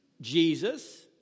Jesus